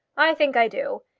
i think i do.